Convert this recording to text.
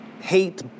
hate